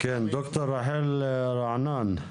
ד"ר רחל רענן.